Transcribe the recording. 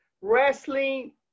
wrestling